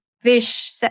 fish